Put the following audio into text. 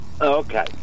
Okay